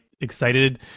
excited